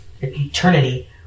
eternity